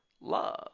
love